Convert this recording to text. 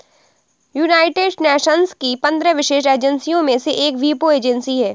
United Nations की पंद्रह विशेष एजेंसियों में से एक वीपो एजेंसी है